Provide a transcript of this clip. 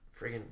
friggin